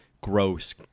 gross